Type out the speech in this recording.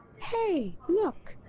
hey! look!